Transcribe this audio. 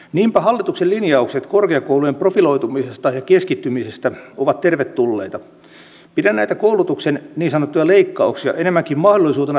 ja minä tiedän muuten kokemuksesta että jos siihen poran laittaa siihen kallioon niin se sammakko loikkii sinne vähän kauemmaksi